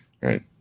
Right